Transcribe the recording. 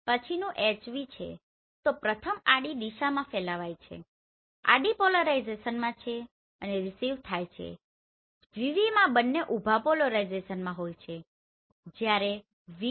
પછીનું HV છે તો પ્રથમ આડી દિશામાં ફેલાય છે આડી પોલરાઇઝેશનમાં છે અને રીસીવ થાય છે VVમાં બન્ને ઉભા પોલરાઇઝેશનમાં હોય છે જયારે VH